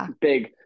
big